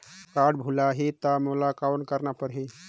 Card भुलाही ता मोला कौन करना परही?